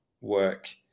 work